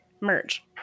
Merge